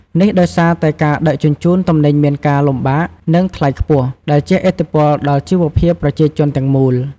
នេះដោយសារតែការដឹកជញ្ជូនទំនិញមានការលំបាក និងថ្លៃខ្ពស់ ដែលជះឥទ្ធិពលដល់ជីវភាពប្រជាជនទាំងមូល។